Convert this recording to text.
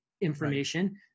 information